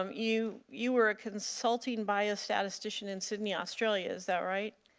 um you you were a consulting biostatistician in sydney, australia, is that right?